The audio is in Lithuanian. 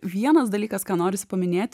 vienas dalykas ką norisi paminėt